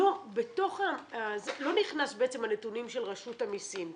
לא נכנסו בעצם הנתונים של רשות המסים.